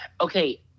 okay